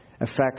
Affects